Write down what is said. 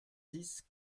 dix